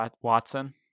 Watson